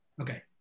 okay